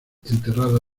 enterrada